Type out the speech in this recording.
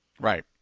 Right